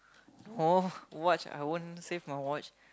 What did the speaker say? no watch I won't save my watch